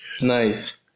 Nice